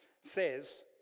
says